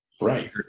Right